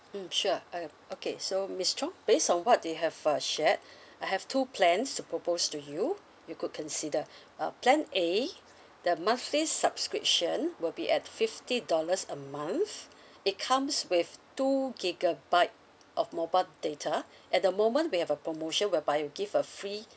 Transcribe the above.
mm sure uh okay so miss chong based on what you have uh shared I have two plans to propose to you you could consider uh plan A the monthly subscription will be at fifty dollars a month it comes with two gigabyte of mobile data at the moment we have a promotion whereby we give a free